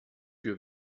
wir